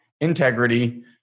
integrity